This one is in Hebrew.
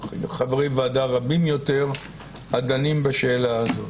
חברי ועדה רבים יותר הדנים בשאלה הזו.